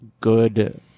good